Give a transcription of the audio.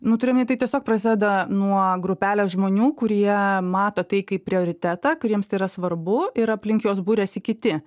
nu turiu omeny tai tiesiog prasideda nuo grupelės žmonių kurie mato tai kaip prioritetą kuriems tai yra svarbu ir aplink juos buriasi kiti